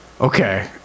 Okay